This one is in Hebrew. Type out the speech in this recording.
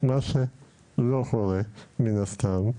מה שלא קורה, מן הסתם,